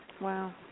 Wow